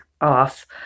off